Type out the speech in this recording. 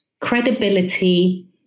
credibility